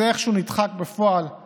בפועל זה איכשהו נדחק לשוליים.